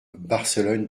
barcelonne